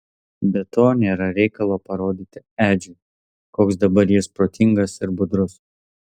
be to nėra reikalo parodyti edžiui koks dabar jis protingas ir budrus